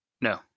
no